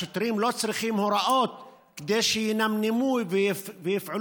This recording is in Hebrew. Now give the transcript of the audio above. השוטרים לא צריכים הוראות כדי שינמנמו ויפעלו